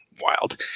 wild